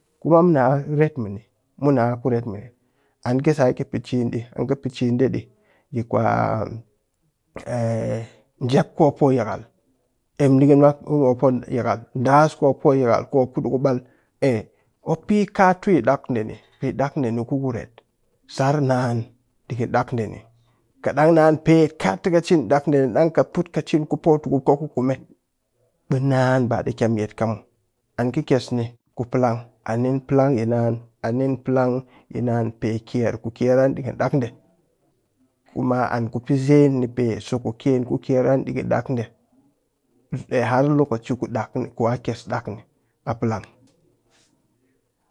Kuma mɨ na ret mɨ ni mɨna kuret mɨni, ann sake pe ciin ɗii ann kɨ pe ciin ɗii yikwa njep ku mop poo yakal emnikɨnna kumop poo yakal, ɗaas kumop poo yakal ku mop ku kuɗi ku ɓal, mop pee kaatu yi kwe ɗaak ɗeni pe ɗaakɗe ni ku kuret, sar naan ɗikɨn ɗaakde ni. kat dang naan pet ka tɨ kɨ cin ɗaakɗe ɗang kɨ cik ku pootukupka ku kume ɓe naan ba ɗii kyam yet ka yi ɗaakde ann kɨ kyes ni ku palang a nin palang yi naan a nin palang yi naan pe kyer ku kyer ann ɗikɨ ɗaakde ni, kuma ann ku pezeen ni pe sokɨkyen ku kyer an ɗikɨn ɗaakde pe har lokaci ɗaak ni ku'a kyes ɗaakni a palang.